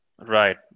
Right